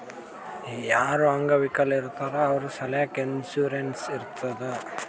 ಯಾರು ಅಂಗವಿಕಲ ಇರ್ತಾರ್ ಅವ್ರ ಸಲ್ಯಾಕ್ ಇನ್ಸೂರೆನ್ಸ್ ಇರ್ತುದ್